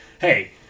hey